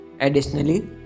Additionally